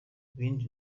ibindi